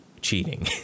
cheating